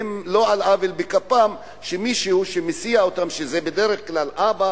על לא עוול בכפם, מי שמסיע אותם, בדרך כלל זה אבא,